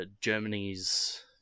Germany's